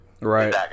Right